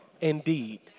indeed